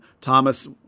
Thomas